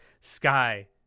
sky